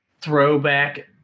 throwback